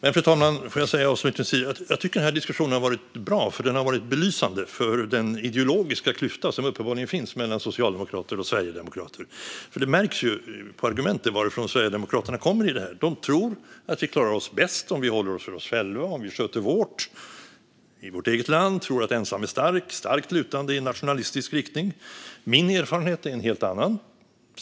Låt mig avslutningsvis säga att den här diskussionen har varit bra eftersom den har varit belysande för den ideologiska klyfta som uppenbarligen finns mellan socialdemokrater och sverigedemokrater. Det märks på argumenten varifrån Sverigedemokraterna kommer i detta. De tror att vi klarar oss bäst om vi håller oss för oss själva, sköter vårt i vårt eget land, att ensam är stark - starkt lutande i nationalistisk riktning. Min erfarenhet är en helt annan.